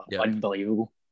unbelievable